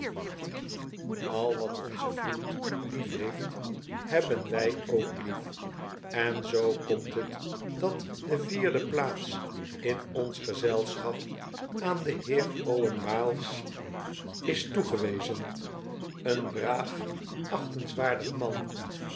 al wat onze vriend liefheeft hebben wy ook lief en zoo komt het dat de vierde plaats in ons gezelschap aan den heer owen miles is toegewefcen een braaf achtenswaardig man